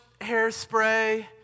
hairspray